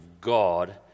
god